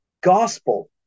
gospel